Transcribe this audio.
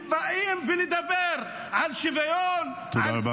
ובאים לדבר על שוויון -- תודה רבה.